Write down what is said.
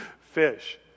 fish